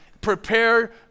Prepare